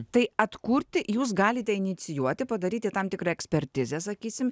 tai atkurti jūs galite inicijuoti padaryti tam tikrą ekspertizę sakysim